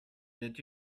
did